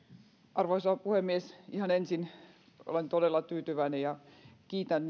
arvoisa puhemies ihan ensin olen todella tyytyväinen ja kiitän